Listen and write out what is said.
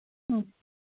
ꯎꯝ